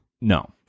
No